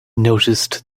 noticed